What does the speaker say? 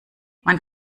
man